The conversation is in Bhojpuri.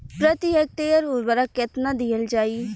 प्रति हेक्टेयर उर्वरक केतना दिहल जाई?